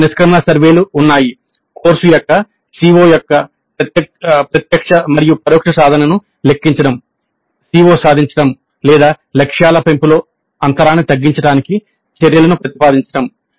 course నిష్క్రమణ సర్వేలు ఉన్నాయి కోర్సు యొక్క CO ల యొక్క ప్రత్యక్ష మరియు పరోక్ష సాధనను లెక్కించడం CO సాధించడం లేదా లక్ష్యాల పెంపులో అంతరాన్ని తగ్గించడానికి చర్యలను ప్రతిపాదించడం